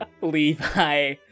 Levi